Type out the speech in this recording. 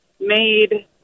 made